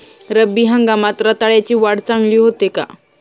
रब्बी हंगामात रताळ्याची वाढ चांगली होते का?